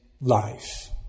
life